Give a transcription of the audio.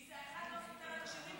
כי אחד לא סותר את השני,